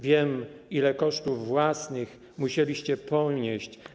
Wiem, ile kosztów własnych musieliście ponieść.